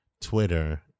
Twitter